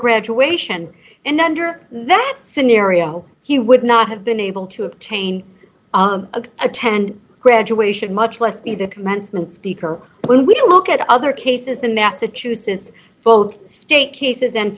graduation and under that scenario he would not have been able to obtain a attend graduation much less be the commencement speaker when we look at other cases in massachusetts both state